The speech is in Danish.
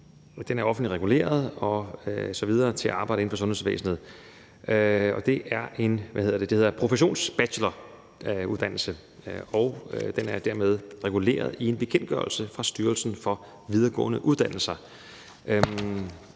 Den er offentligt reguleret osv., så man kan arbejde inden for sundhedsvæsenet. Det er en professionsbacheloruddannelse, og den er dermed reguleret i en bekendtgørelse fra Styrelsen for Videregående Uddannelser.